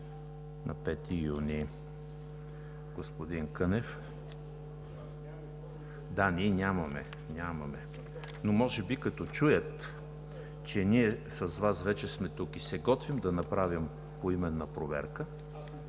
представител Петър Кънев.) Да, ние нямаме, но може би, като чуят, че ние с Вас вече сме тук и се готвим да направим поименна проверка…